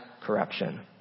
corruption